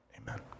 amen